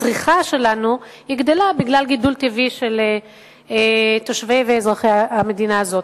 הצריכה שלנו גדלה בגלל גידול טבעי של התושבים ואזרחי המדינה הזאת.